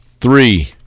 three